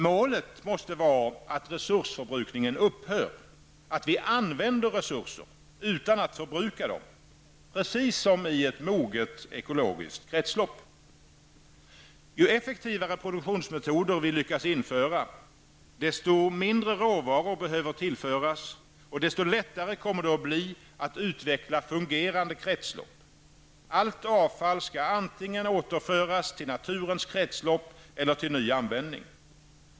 Målet måste vara att resursförbrukningen upphör, att vi använder resurser utan att förbruka dem -- precis som sker i ett moget ekologiskt kretslopp. Ju effektivare produktionsmetoder vi lyckas införa, desto mindre råvaror behöver tillföras och desto lättare kommer det att bli att utveckla fungerande kretslopp. Allt avfall skall antingen återföras till naturens kretslopp eller till ny användning.